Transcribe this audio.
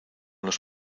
los